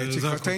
זה הכול.